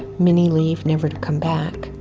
many leave never to come back.